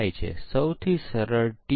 હવે ચાલો પરીક્ષણના કેસોની રચના જોઈએ